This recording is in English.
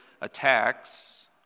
attacks